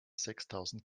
sechstausend